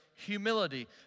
Humility